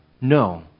no